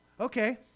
okay